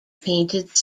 painted